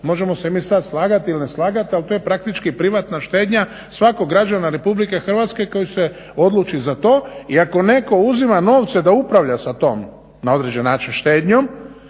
možemo se mi sad slagat ili ne slagat ali to je praktički privatna štednja svakog građana Republike Hrvatske koji se odluči za to i ako netko uzima novce da upravlja sa tom na određen način štednjom.